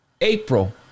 April